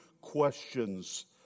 questions